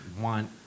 want